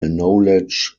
knowledge